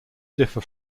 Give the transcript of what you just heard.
differ